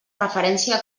referència